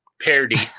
parody